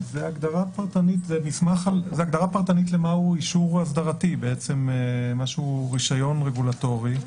זאת הגדרה פרטנית מהו אישור אסדרתי: מה שהוא רישיון רגולטורי.